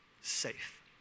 safe